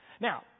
Now